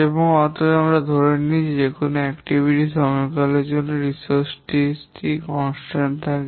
এবং অতএব আমরা ধরে নিই যে কোনও কার্যকলাপ র সময়কালের জন্য সম্পদ টি ধ্রুবক থাকে